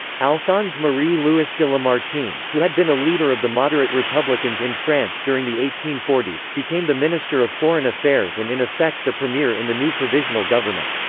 alphonse marie louis de lamartine, who had been a leader of the moderate republicans in france during the eighteen forty s, became the minister of foreign affairs and in effect the premier in the new provisional government.